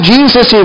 Jesus